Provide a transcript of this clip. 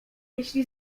jeśli